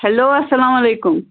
hello اَسلامُ عَلیکُم